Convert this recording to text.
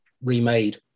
remade